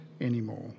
anymore